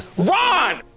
ron!